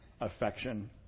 affection